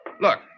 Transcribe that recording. Look